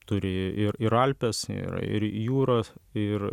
turi ir ir alpes ir ir jūras ir